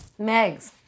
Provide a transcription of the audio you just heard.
Megs